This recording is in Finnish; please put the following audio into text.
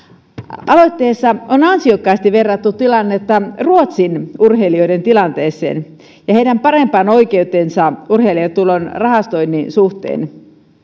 aloitteessa on ansiokkaasti verrattu tilannetta ruotsin urheilijoiden tilanteeseen ja heidän parempaan oikeuteensa urheilijatulon rahastoinnin suhteen